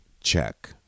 check